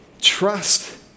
trust